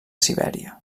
sibèria